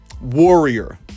warrior